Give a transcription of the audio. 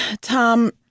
Tom